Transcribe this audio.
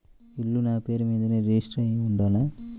ఇల్లు నాపేరు మీదే రిజిస్టర్ అయ్యి ఉండాల?